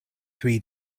three